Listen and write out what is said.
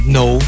no